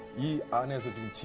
he visited